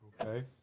Okay